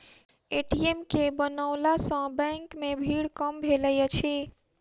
ATM के बनओला सॅ बैंक मे भीड़ कम भेलै अछि